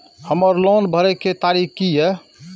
हमर लोन भरय के तारीख की ये?